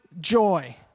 joy